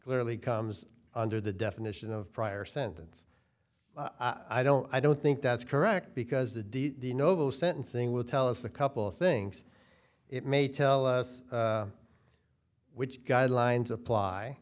clearly comes under the definition of prior sentence i don't i don't think that's correct because the de novo sentencing will tell us a couple of things it may tell us which guidelines apply